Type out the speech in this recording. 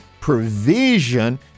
provision